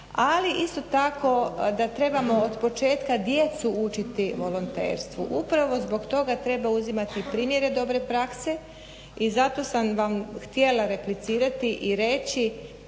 ali isto tako da trebamo otpočetka djecu učiti volonterstvu. Upravo zbog toga treba uzimati primjer dobre prakse i zato sam vam htjela replicirati i reći